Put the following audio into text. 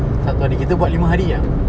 satu hari kita buat lima hari ya